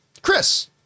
Chris